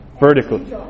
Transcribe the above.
vertically